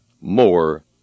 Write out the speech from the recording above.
more